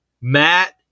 Matt